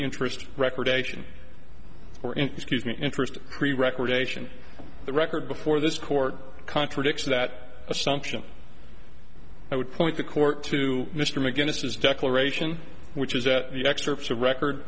interest record ation or in excuse me interest free recreation the record before this court contradicts that assumption i would point the court to mr mcginnis his declaration which is at the excerpts of record